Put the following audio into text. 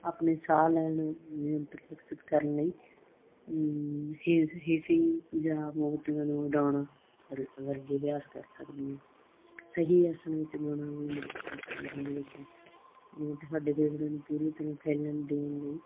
ਆਪਣੇ ਸਾਹ ਲੈਣ ਨਿਯੰਤਰਣ ਵਿਕਸਿਤ ਕਰਨ ਲਈ ਹੇਜ ਹੇਜਇੰਗ ਜਾਂ ਵਰਗੇ ਅਭਿਆਸ ਕਰ ਸਕਦੇ ਹਾਂ ਸਹੀ ਅਸਲ ਵਿੱਚ ਗਾਉਣਾ ਵੀ ਮਦਦ ਕਰ ਸਕਦੇ ਹਾਂ ਇਹਦੇ ਵਿੱਚ ਜਿਵੇਂ ਤੁਹਾਡੇ ਫੇਫੜਿਆ ਨੂੰ ਪੂਰੀ ਤਰ੍ਹਾਂ ਫੈਲਣ ਦੇਣ ਲਈ